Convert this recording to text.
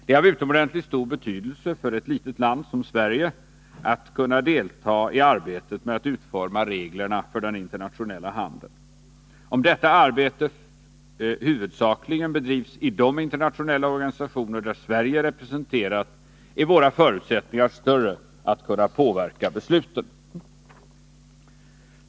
Det är av utomordentligt stor betydelse för ett litet land som Sverige att kunna delta i arbetet med att utforma reglerna för den internationella handeln. Om detta arbete huvudsakligen bedrivs i de internationella organisationer där Sverige är representerat är våra förutsättningar att påverka besluten större.